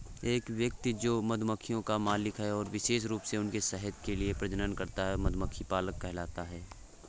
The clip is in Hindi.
एक व्यक्ति जो मधुमक्खियों का मालिक है और विशेष रूप से उनके शहद के लिए प्रजनन करता है, मधुमक्खी पालक कहलाता है